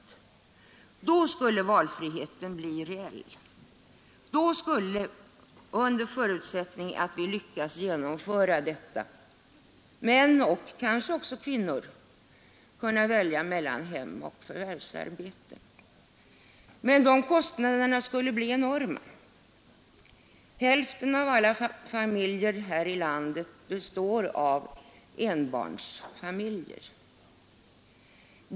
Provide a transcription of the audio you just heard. Då skulle valfriheten bli reell. Under förutsättning att vi lyckades genomföra detta skulle män — och kanske även kvinnor — kunna välja mellan hemoch förvärvsarbete. Men kostnaderna skulle bli enorma. Hälften av alla familjer här i landet är enbarnsfamiljer.